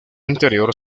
interior